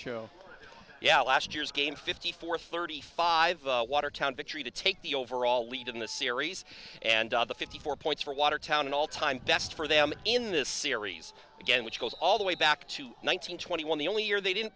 show yeah last year's game fifty four thirty five a watertown victory to take the overall lead in the series and the fifty four points for watertown an all time best for them in this series again which goes all the way back to one thousand twenty one the only year they didn't